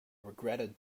regretted